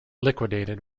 liquidated